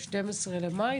ב-12 במאי,